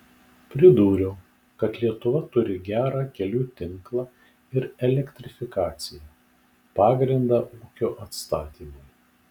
pridūriau kad lietuva turi gerą kelių tinklą ir elektrifikaciją pagrindą ūkio atstatymui